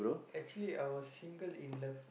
actually I was single in love